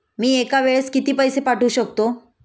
मी एका वेळेस किती पैसे पाठवू शकतो?